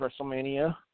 Wrestlemania